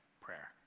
prayer